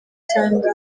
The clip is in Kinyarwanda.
usanga